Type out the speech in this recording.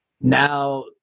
Now